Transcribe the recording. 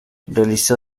realizó